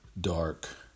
dark